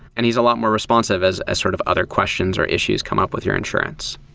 and he's a lot more responsive as as sort of other questions or issues come up with your insurance.